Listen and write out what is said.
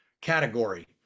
category